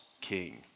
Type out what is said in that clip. king